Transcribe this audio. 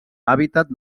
hàbitat